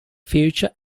future